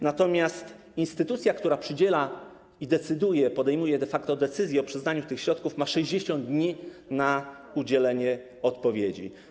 Natomiast instytucja, która przydziela i decyduje, podejmuje de facto decyzję o przyznaniu tych środków, ma 60 dni na udzielenie odpowiedzi.